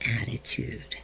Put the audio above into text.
attitude